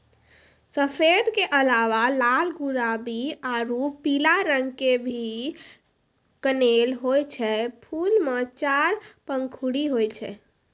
सफेद के अलावा लाल गुलाबी आरो पीला रंग के भी कनेल होय छै, फूल मॅ चार पंखुड़ी होय छै